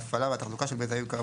ההפעלה והתחזוקה של מיזמים כאמור.